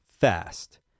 fast